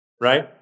right